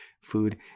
food